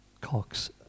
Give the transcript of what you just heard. cox